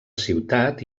ciutat